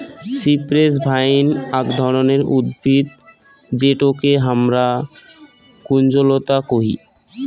cypress vine আক ধরণের উদ্ভিদ যেটোকে হামরা কুঞ্জলতা কোহি